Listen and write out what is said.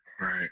right